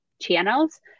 channels